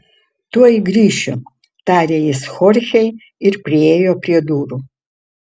tuoj grįšiu tarė jis chorchei ir priėjo prie durų